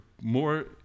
more